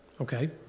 Okay